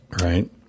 right